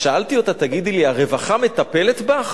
שאלתי אותה: תגידי לי, הרווחה מטפלת בך?